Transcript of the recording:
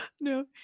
No